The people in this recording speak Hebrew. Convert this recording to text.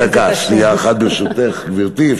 דקה, שנייה אחת, ברשותך, גברתי.